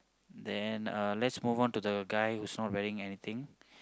then uh let's move on to the guy who's not wearing anything